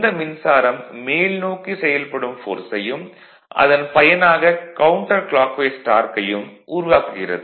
இந்த மின்சாரம் மேல் நோக்கி செயல்படும் ஃபோர்ஸையும் அதன் பயனாக கவுன்ட்டர் க்ளாக்வைஸ் டார்க்கையும் உருவாக்குகிறது